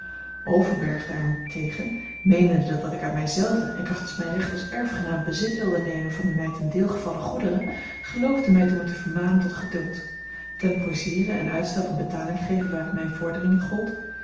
daarentegen meenende dat ik uit mij zelven en krachtens mijn recht als erfgenaam bezit wilde nemen van de mij ten deel gevallen goederen geloofde mij te moeten vermanen tot geduld temporiseeren en uitstel van betaling geven waar het mijne vorderingen gold